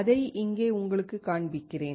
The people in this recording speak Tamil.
அதை இங்கே உங்களுக்குக் காண்பிக்கிறேன்